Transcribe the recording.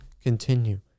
continue